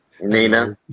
Nina